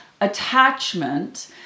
Attachment